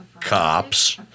Cops